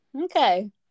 okay